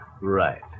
Right